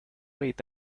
wait